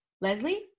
Leslie